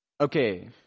Okay